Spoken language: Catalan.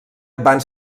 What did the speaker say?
van